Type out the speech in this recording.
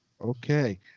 Okay